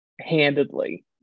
handedly